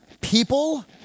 People